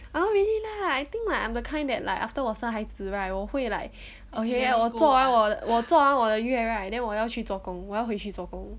I don't really lah I think like I'm the kind that like after 我生完孩子 right 我会 like okay 我做完我我做完我的月 right then 我要去做工我要回去做工